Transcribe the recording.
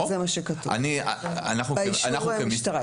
זה מה שכתוב באישור המשטרה.